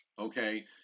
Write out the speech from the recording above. Okay